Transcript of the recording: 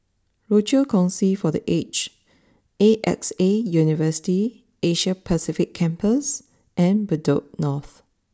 Rochor Kongsi for the Aged A X A University Asia Pacific Campus and Bedok North